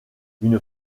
une